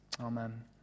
Amen